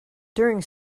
during